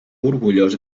orgullós